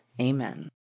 Amen